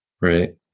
right